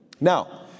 Now